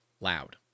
loud